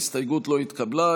ההסתייגות לא התקבלה.